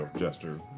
jester.